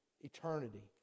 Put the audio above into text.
eternity